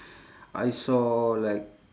I saw like